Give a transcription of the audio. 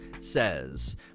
says